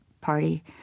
party